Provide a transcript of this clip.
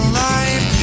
life